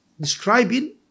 describing